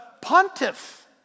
pontiff